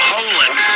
Poland